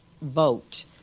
vote